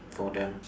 for them